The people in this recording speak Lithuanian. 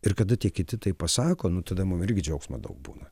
ir kada tie kiti tai pasako nu tada mum irgi džiaugsmo daug būna